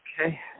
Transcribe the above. Okay